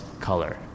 color